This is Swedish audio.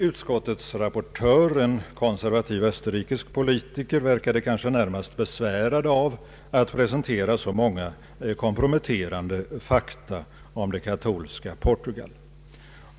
Utskottets rapportör, en konservativ österrikisk politiker, verkade närmast besvärad av att presentera så många komprometterande fakta om det katolska Portugal.